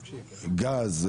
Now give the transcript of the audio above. גז,